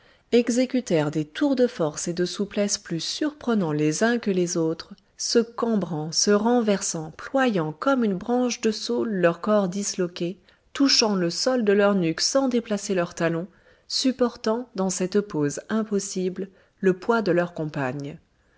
exécutèrent des tours de force et de souplesse plus surprenants les uns que les autres se cambrant se renversant ployant comme une branche de saule leurs corps disloqués touchant le sol de leur nuque sans déplacer leurs talons supportant dans cette pose impossible le poids de leurs compagnes